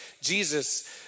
Jesus